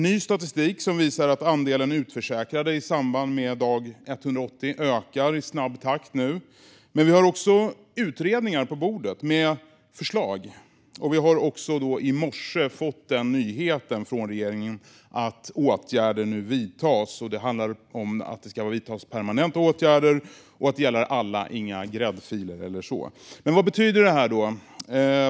Ny statistik visar att andelen utförsäkrade från dag 180 nu ökar i snabb takt, men det finns också färdiga utredningar med förslag, och i morse fick vi från regeringen nyheten att åtgärder nu vidtas. Det handlar om permanenta åtgärder som gäller alla - inga gräddfiler eller sådant. Men vad betyder då detta?